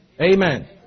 Amen